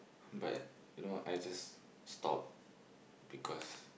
but you know I just stop because